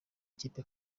ikipe